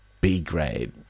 B-grade